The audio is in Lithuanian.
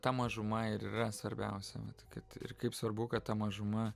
ta mažuma ir yra svarbiausia vat kad ir kaip svarbu kad ta mažuma